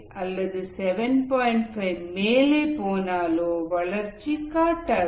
5 மேலே போனாலோ வளர்ச்சி காட்டாது